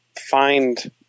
find